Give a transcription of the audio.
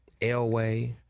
Elway